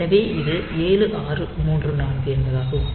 எனவே இது 7634 என்பதாகும்